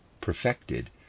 perfected